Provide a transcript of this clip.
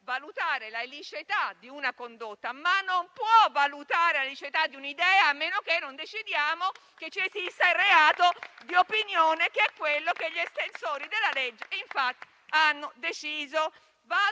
valutare la liceità di una condotta, ma non può valutare la liceità di un'idea, a meno che non decidiamo che esiste il reato di opinione, che è quello che gli estensori della legge infatti hanno deciso